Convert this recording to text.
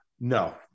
no